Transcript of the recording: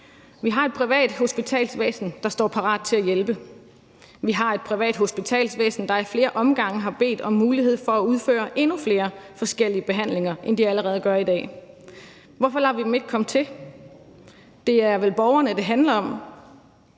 Vi har et privat hospitalsvæsen, der står parat til at hjælpe. Vi har et privat hospitalsvæsen, der ad flere omgange har bedt om mulighed for at udføre endnu flere forskellige behandlinger, end de allerede gør i dag. Hvorfor lader vi dem ikke komme til? Det er vel borgerne, det handler om.